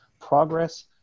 progress